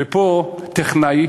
ופה טכנאי,